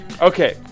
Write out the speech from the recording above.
okay